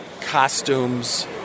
costumes